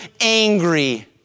angry